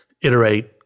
iterate